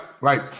right